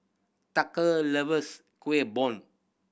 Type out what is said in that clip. tucker loves Kuih Bom